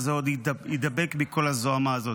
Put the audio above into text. וזה עוד יידבק בי כל הזוהמה הזאת.